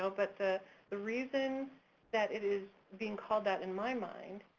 so but the the reason that it is being called that in my mind,